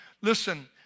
Listen